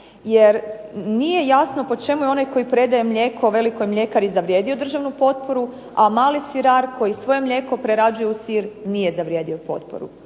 jer nije jasno po čemu je onaj koji predaje mlijeko velikoj mljekari zavrijedio državnu potporu, a mali sirar koji svoje mlijeko prerađuje u sir nije zavrijedio potporu.